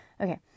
Okay